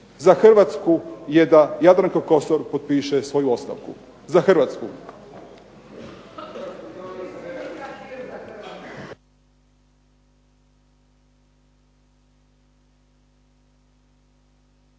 za Hrvatsku je da Jadranka Kosor potpiše svoju ostavku, za Hrvatsku.